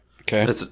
Okay